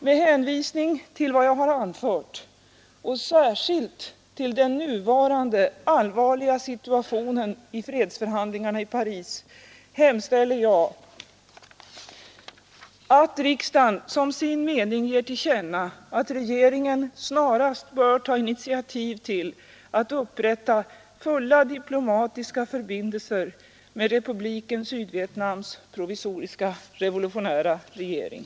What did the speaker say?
Med hänvisning till vad jag anfört och särskilt till den nuvarande allvarliga situationen i fredsförhandlingarna i Paris hemställer jag att riksdagen som sin mening ger till känna att regeringen snarast bör ta iniativ till att upprätta fulla diplomatiska förbindelser med Republiken Sydveitnams provisoriska revolutionära regering.